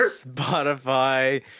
Spotify